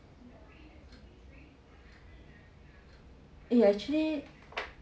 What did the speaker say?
eh actually